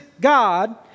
God